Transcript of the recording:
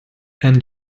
and